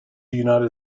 united